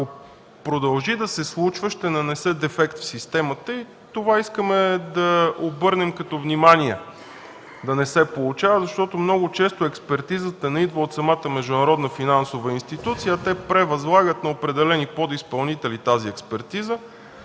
това продължи да се случва, ще нанесе дефект в системата и затова искаме да обърнем внимание – да не се получава, защото много често експертизата не идва от самата международна финансова институция, а те превъзлагат на определени подизпълнители експертизата.